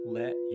let